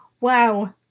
Wow